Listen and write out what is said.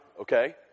okay